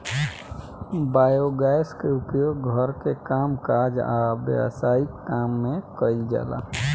biogas के उपयोग घर के कामकाज आ व्यवसायिक काम में कइल जाला